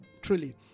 truly